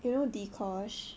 you know dee-kosh